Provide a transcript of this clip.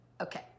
Okay